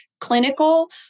clinical